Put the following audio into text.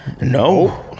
No